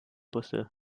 busse